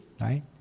right